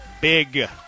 big